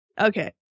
Okay